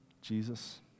Jesus